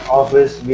office